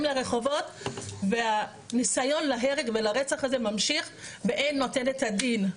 לרחובות והנסיון להרג ולרצח הזה ממשיך ואין נותן את הדין.